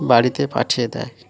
বাড়িতে পাঠিয়ে দেয়